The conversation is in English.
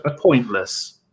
pointless